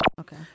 Okay